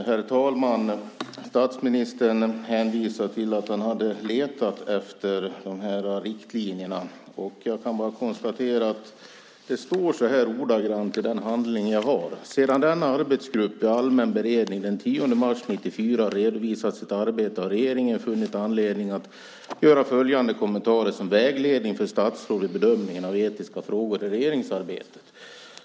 Herr talman! Statsministern hänvisar till att han hade letat efter riktlinjerna. Jag kan bara konstatera att det ordagrant står så här i den handling jag har: Sedan en arbetsgrupp i allmän beredning den 10 mars 1994 redovisat sitt arbete har regeringen funnit anledning att göra följande kommentarer som vägledning för statsråd vid bedömningen av etiska frågor i regeringsarbetet.